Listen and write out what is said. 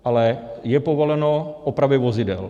Ale je povoleno opravy vozidel.